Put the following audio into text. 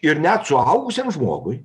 ir net suaugusiam žmogui